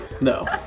No